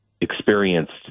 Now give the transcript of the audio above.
experienced